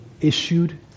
issued